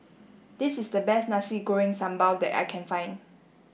this is the best Nasi Goreng Sambal that I can find